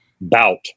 bout